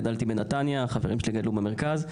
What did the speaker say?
גדלתי בנתניה, חברים שלי גדלו במרכז.